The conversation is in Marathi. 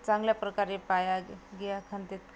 चांगल्या प्रकारे पाया ग गिया खणतात